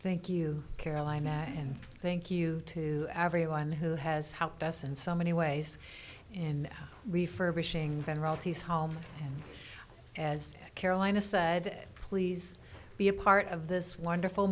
thank you carolina and thank you to everyone who has helped us in so many ways in refurbishing and royalties home as carolina said please be a part of this wonderful